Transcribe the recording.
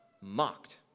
mocked